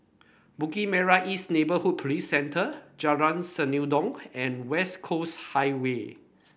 Bukit Merah East Neighbourhood Police Centre Jalan Senandong and West Coast Highway